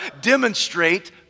demonstrate